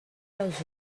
els